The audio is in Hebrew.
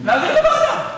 נעביר לוועדה.